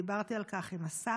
דיברתי על כך עם השר.